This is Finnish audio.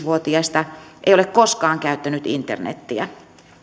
vuotiaista ei ole koskaan käyttänyt internetiä